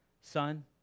son